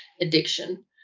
addiction